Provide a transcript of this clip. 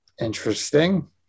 Interesting